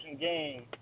game